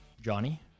Johnny